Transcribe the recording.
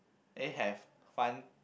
and have fun